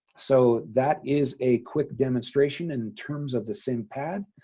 so that is a quick demonstration in terms of the same pad